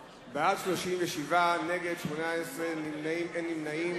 בעד, 37, נגד, 18, ואין נמנעים.